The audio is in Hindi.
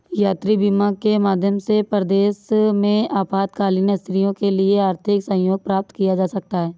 यात्री बीमा के माध्यम से परदेस में आपातकालीन स्थितियों के लिए आर्थिक सहयोग प्राप्त किया जा सकता है